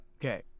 Okay